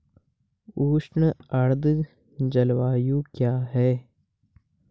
उष्ण आर्द्र जलवायु क्या है?